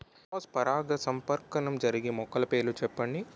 Cross పరాగసంపర్కం జరిగే మొక్కల పేర్లు చెప్పండి?